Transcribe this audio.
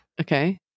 Okay